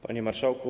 Panie Marszałku!